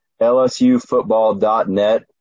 lsufootball.net